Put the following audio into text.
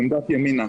עמדת ימינה,